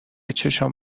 چشمام